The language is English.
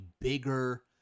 bigger